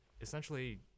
essentially